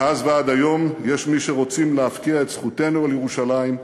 מאז ועד היום יש מי שרוצים להפקיע את זכותנו על ירושלים,